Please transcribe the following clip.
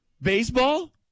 baseball